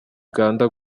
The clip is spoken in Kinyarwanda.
uganda